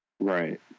Right